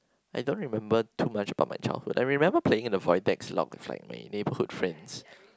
I don't remember too much about my childhood I remember playing in the void decks along with like my neighbourhood friends